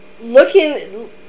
looking